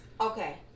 Okay